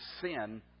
sin